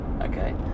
okay